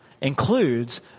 includes